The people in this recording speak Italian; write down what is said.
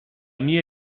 mia